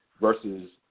versus